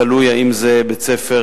תלוי אם זה בית-ספר,